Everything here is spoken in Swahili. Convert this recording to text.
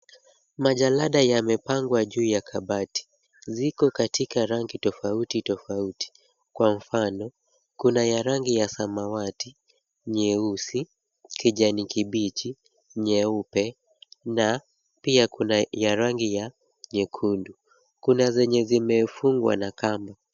Majalada yamepangwa juu ya kabati. Ziko katika rangi tofauti tofauti. Kwa mfano, kuna ya rangi ya samawati, nyeusi, kijani kibichi, nyeupe na pia kuna ya rangi ya nyekundu. Kuna zenye zimefungwa na kamba.